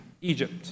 Egypt